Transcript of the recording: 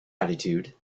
attitude